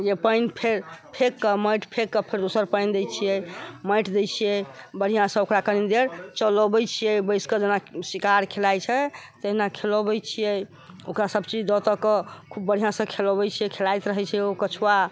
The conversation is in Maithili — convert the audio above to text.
जे पानि फेक कऽ माटि फेक कऽ फेर दोसर पानि दै छियै माटि दै छियै बढ़िआँसँ ओकरा कनी देर चलऽबै छियै बैसिकऽ जेना शिकार खेलाइ छै तहिना खेलऽबै छियै ओकरा सबचीज दऽ तऽ कऽ खूब बढ़िआँसँ खेलऽबै छियै खेलाइत रहै छै ओ कछुआ